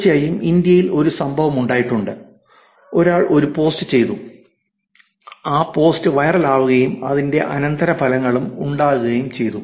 തീർച്ചയായും ഇന്ത്യയിൽ ഒരു സംഭവമുണ്ടായിട്ടുണ്ട് ഒരാൾ ഒരു പോസ്റ്റ് ചെയ്തു ആ പോസ്റ്റ് വൈറലാവുകയും അതിന്റെ അനന്തരഫലങ്ങളും ഉണ്ടാകുകയും ചെയ്തു